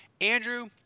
Andrew